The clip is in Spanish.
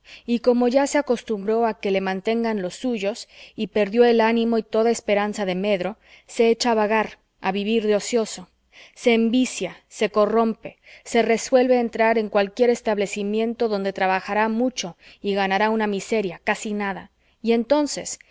y como ya se acostumbró a que le mantengan los suyos y perdió el ánimo y toda esperanza de medro se echa a vagar a vivir de ocioso se envicia se corrompe se resuelve a entrar en cualquier establecimiento donde trabajará mucho y ganará una miseria casi nada y entonces